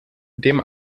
dem